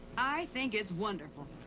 i think it's wonderful.